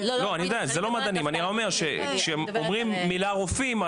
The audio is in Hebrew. אני אומר כשאומרים את המילה רופאים,